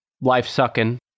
life-sucking